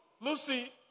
Lucy